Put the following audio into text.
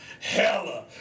Hella